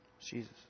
Jesus